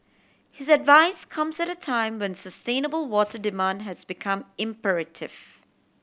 his advice comes at a time when sustainable water demand has become imperative